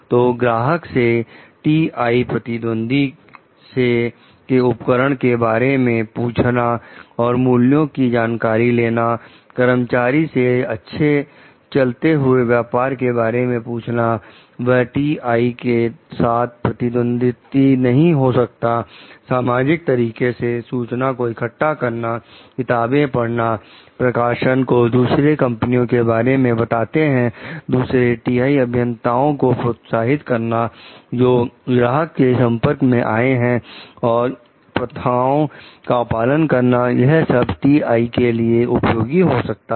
तो ग्राहक से टी आई प्रतिद्वंदी के उपकरण के बारे में पूछना और मूल्यों की जानकारी लेना कर्मचारी से अच्छे चलते हुए व्यापार के बारे में पूछना वह टी आई के साथ प्रतिद्वंदी नहीं हो सकता सामाजिक तरीके से सूचना को इकट्ठा करना किताबें पढ़ना और प्रकाशन जो दूसरी कंपनियों के बारे में बताते हैं दूसरे टी आई अभियंताओं को प्रोत्साहित करना जो ग्राहक के संपर्क में आए हैं और प्रथाओं का पालन करना वह सब टी आई के लिए उपयोगी हो सकते हैं